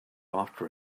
after